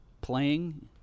playing